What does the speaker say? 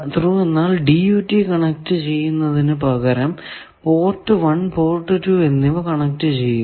through എന്നാൽ DUT connect ചെയ്യുന്നതിന് പകരം പോർട്ട് 1 പോർട്ട് 2 എന്നിവ കണക്ട് ചെയ്യുക